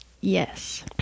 Yes